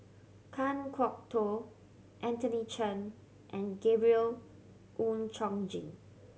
Kan Kwok Toh Anthony Chen and Gabriel Oon Chong Jin